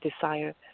desire